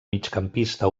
migcampista